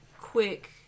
quick